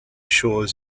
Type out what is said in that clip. shores